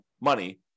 money